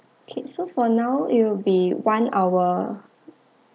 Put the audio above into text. okay so for now it'll be one hour